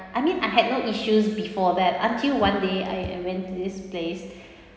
I mean I had no issues before that until one day I I went to this place